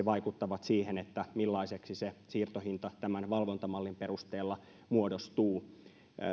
vaikuttavat siihen millaiseksi siirtohinta tämän valvontamallin perusteella muodostuu